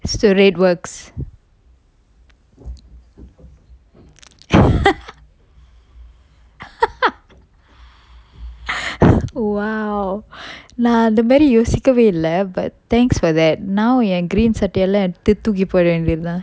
so red works !wow! நா அந்த மாறி யோசிக்கவே இல்ல:na antha mari yosikkave illa but thanks for that now என்:en green சட்டையெல்லாம் எடுத்து தூக்கி போட வேண்டியது தான்:sattayellam eduthu thookki poda vendiyathu than